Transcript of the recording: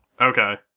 Okay